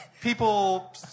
people